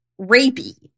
rapey